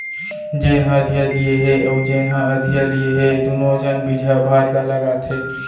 जेन ह अधिया दिये हे अउ जेन ह अधिया लिये हे दुनों झन बिजहा भात ल लगाथें